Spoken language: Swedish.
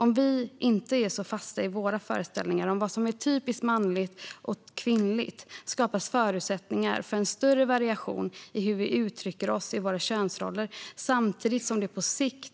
Om vi inte är så fast i våra föreställningar om vad som är typiskt manligt och kvinnligt skapas förutsättningar för en större variation i hur vi uttrycker oss i våra könsroller, samtidigt som det på sikt